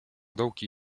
dołki